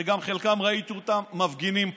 שאת חלקם גם ראיתי מפגינים פה.